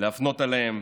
להפנות אליהם